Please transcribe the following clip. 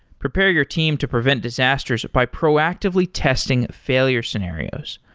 prepare your team to prevent disasters by proactively testing failure scenarios.